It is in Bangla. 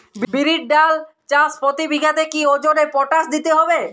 বিরির ডাল চাষ প্রতি বিঘাতে কি ওজনে পটাশ দিতে হবে?